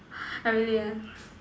ah really ah